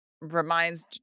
reminds